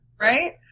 Right